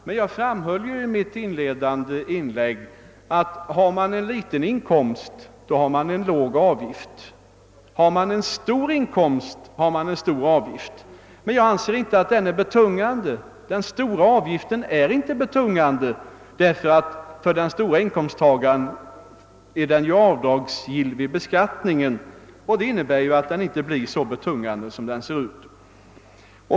Men jag framhöll ju i mitt inledande inlägg att har man en låg inkomst, så har man en låg avgift, och har man en stor inkomst så har man en stor avgift. Jag anser inte att den stora avgiften är betungande därför att den för de stora inkomsttagarna är avdragsgill vid beskattningen. Det innebär att avgiften inte blir så betungande som den ser ut.